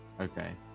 okay